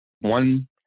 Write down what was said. one